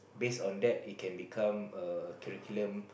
base on that it can become a curriculum